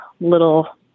little